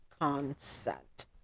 consent